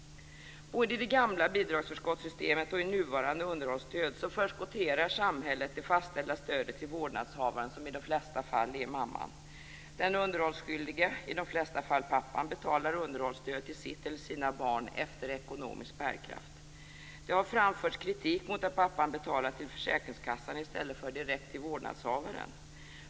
Både i det gamla bidragsförskottssystemet och i nuvarande underhållsstöd förskotterar samhället det fastställda stödet till vårdnadshavaren, som i de flesta fall är mamman. Den underhållsskyldige, i de flesta fall pappan, betalar underhållsstöd till sitt eller sina barn efter ekonomisk bärkraft. Det har framförts kritik mot att pappan betalar till försäkringskassan i stället för direkt till vårdnadshavaren.